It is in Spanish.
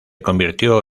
convirtió